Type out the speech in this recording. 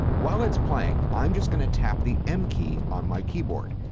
while it's playing, i'm just going to tap the m key on my keyboard.